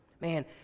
Man